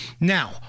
Now